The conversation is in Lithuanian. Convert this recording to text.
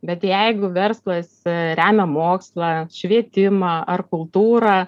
bet jeigu verslas remia mokslą švietimą ar kultūrą